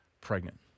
pregnant